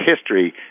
history